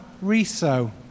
Riso